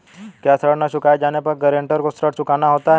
क्या ऋण न चुकाए जाने पर गरेंटर को ऋण चुकाना होता है?